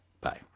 Bye